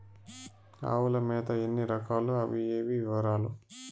ఆవుల మేత ఎన్ని రకాలు? అవి ఏవి? వివరాలు?